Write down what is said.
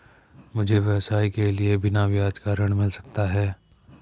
मुझे व्यवसाय के लिए बिना ब्याज का ऋण मिल सकता है?